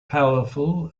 powerful